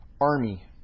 Army